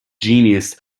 genus